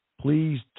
please